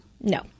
No